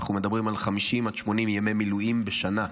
אנחנו מדברים על 50 עד 80 ימי מילואים בשנה.